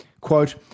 quote